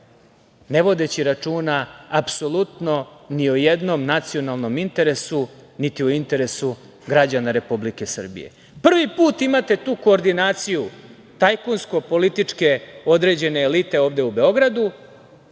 ne vodeći računa apsolutno ni o jednom nacionalnom interesu, niti o interesu građana Republike Srbije. Prvi put imate tu koordinaciju tajkunsko-političke određene elite ovde u Beogradu,